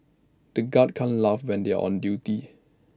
the guards can't laugh when they are on duty